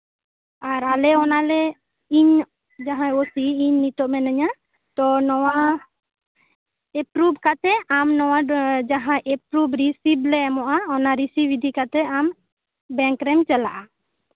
ᱟᱨ ᱟᱞᱮ ᱚᱱᱟᱞᱮ ᱤᱧ ᱡᱟᱦᱟᱸ ᱞᱮ ᱤᱧ ᱡᱟᱦᱟᱸ ᱳᱥᱤ ᱤᱧ ᱱᱤᱛᱚᱜ ᱢᱤᱱᱤᱧᱟ ᱛᱚ ᱟᱢ ᱱᱚᱣᱟ ᱮᱯᱨᱩᱵᱷ ᱠᱟᱛᱮᱜ ᱡᱟᱦᱟᱸ ᱮᱯᱨᱩᱵᱷ ᱨᱤᱥᱤᱵᱷᱞᱮ ᱮᱢᱚᱜᱼᱟ ᱚᱱᱟ ᱨᱤᱥᱤᱵᱷ ᱤᱫᱤ ᱠᱟᱛᱮᱜ ᱵᱮᱝᱠ ᱨᱮᱢ ᱪᱟᱞᱟᱜᱼᱟ